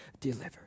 deliver